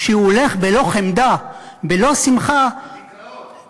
שהוא הולך בלא חמדה, בלא שמחה, בדיכאון.